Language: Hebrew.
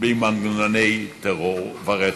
במנגנוני טרור ורצח.